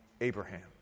Abraham